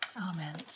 Amen